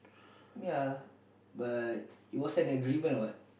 ya but it was an agreement what